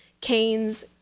canes